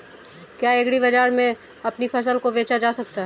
क्या एग्रीबाजार में अपनी फसल को बेचा जा सकता है?